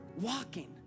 walking